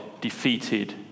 defeated